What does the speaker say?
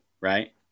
Right